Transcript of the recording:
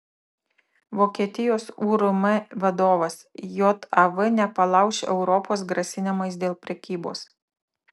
vokietijos urm vadovas jav nepalauš europos grasinimais dėl prekybos